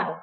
R ഉം